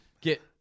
get